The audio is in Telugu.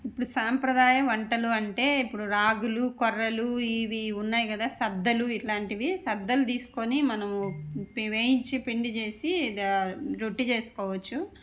ఇప్పుడు సాంప్రదాయ వంటలు అంటే ఇప్పుడు రాగులు కొర్రలు ఇవి ఉన్నాయి కదా సద్దలు ఇట్లాంటివి సద్దలు తీసుకొని మనం వేయించి పిండి చేసి ద రొట్టె చేసుకోవచ్చు